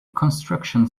construction